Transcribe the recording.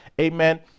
amen